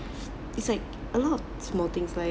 it's like a lot of small things like